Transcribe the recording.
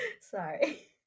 Sorry